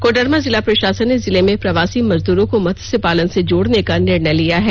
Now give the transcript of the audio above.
कोडरमा जिला प्रशासन ने जिले में प्रवासी मजदूरों को मत्स्य पालन से जोड़ने का निर्णय लिया है